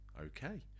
Okay